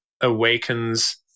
awakens